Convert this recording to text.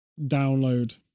download